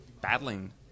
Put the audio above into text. battling